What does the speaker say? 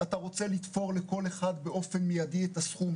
אתה רוצה לתפור לכל אחד באופן מיידי את הסכום,